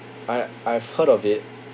I I've heard of it